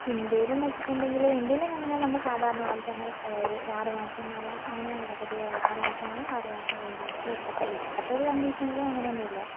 ഇന്ത്യയിൽ എന്നു വച്ചിട്ടുണ്ടെങ്കിൽ ഇന്ത്യയിൽ എന്ന് പറഞ്ഞു കഴിഞ്ഞാൽ നമ്മുടെ സാധാരണ പോലെത്തന്നെ അതായത് ഒരു ആറു മാസം മഴ അങ്ങനെ ആണല്ലോ പൊതുവേ പറയുക ആറു മാസം മഴ ആറു മാസം വെയിൽ പക്ഷേ ഇപ്പോഴത്തെ ഇപ്പോഴത്തെ ഒരു കണ്ടീഷനിൽ അങ്ങനെ ഒന്നും ഇല്ല